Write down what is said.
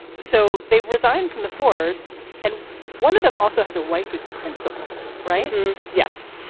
so they've resigned from the force. and one of them also has a wife who's a principal. right yes.